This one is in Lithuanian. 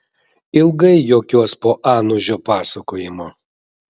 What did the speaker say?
ilgai juokiuos po anužio pasakojimo